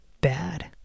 bad